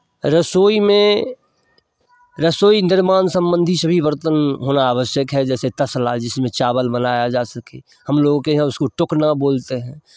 रसोई में रसोई निर्माण सम्बन्धि सभी बर्तन होना आवश्यक है जैसे तसला जिसमें चावल बनाया जा सके हम लोगों के यहाँ उसको तुकना बोलते हैं